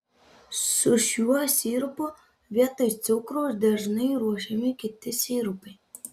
su šiuo sirupu vietoj cukraus dažnai ruošiami kiti sirupai